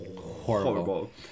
Horrible